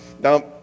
Now